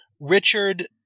Richard